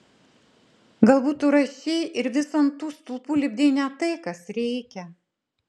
galbūt tu rašei ir vis ant tų stulpų lipdei ne tai kas reikia